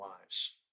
lives